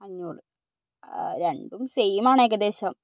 അഞ്ഞൂറ് രണ്ടും സൈമാണ് ഏകദേശം